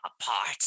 apart